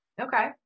Okay